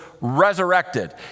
resurrected